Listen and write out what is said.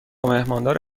مهماندار